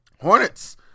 Hornets